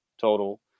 total